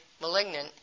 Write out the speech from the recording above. malignant